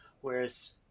Whereas